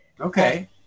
Okay